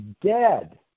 dead